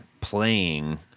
playing